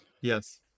Yes